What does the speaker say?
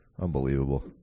Unbelievable